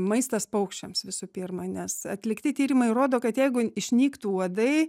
maistas paukščiams visų pirma nes atlikti tyrimai rodo kad jeigu išnyktų uodai